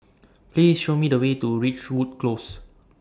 Please Show Me The Way to Ridgewood Close